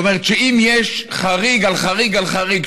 זאת אומרת שאם יש חריג על חריג על חריג